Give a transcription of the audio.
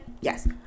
yes